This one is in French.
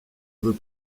veut